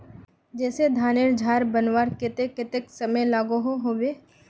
जैसे धानेर झार बनवार केते कतेक समय लागोहो होबे?